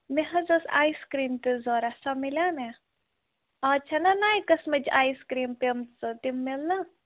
مےٚ حظ ٲس آیِس کریٖم تہِ ضروٗرت سۄ مِلیٛاہ مےٚ اَز چھَنا نَیہِ قٕسمٕچ آیِس کریٖم پیمژٕ تِم مِلناہ